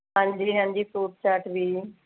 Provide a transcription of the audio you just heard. ਹਾਂਜੀ ਹਾਂਜੀ ਫਰੂਟ ਚਾਟ ਵੀ ਜੀ